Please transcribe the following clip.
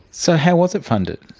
so how was it funded?